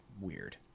weird